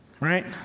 Right